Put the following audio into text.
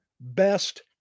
best